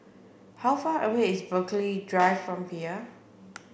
how far away is Burghley Drive from here